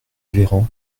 véran